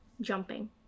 Jumping